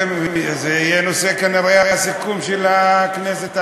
זה כנראה יהיה נושא הסיכום של הכנסת העשרים.